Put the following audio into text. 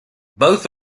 both